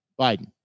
Biden